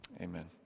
Amen